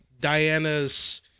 Diana's